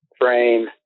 frame